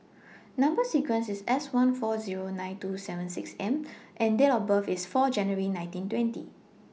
Number sequence IS S one four Zero nine two seven six M and Date of birth IS four January nineteen twenty